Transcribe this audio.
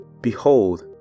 Behold